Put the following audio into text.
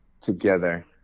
together